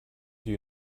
you